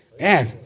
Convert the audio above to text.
Man